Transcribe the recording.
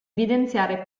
evidenziare